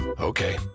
Okay